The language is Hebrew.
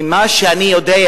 ממה שאני יודע,